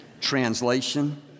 Translation